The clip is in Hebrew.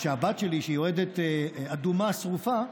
שהבת שלי, שהיא אוהדת אדומה שרופה,